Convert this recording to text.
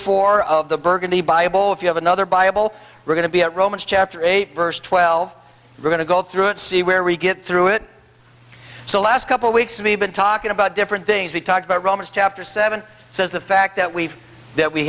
four of the burgundy bible if you have another bible we're going to be at romans chapter eight verse twelve we're going to go through it see where we get through it so last couple weeks of even talking about different things we talk about romans chapter seven says the fact that we feel that we